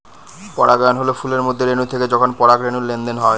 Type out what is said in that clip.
পরাগায়ন হল ফুলের মধ্যে রেনু থেকে যখন পরাগরেনুর লেনদেন হয়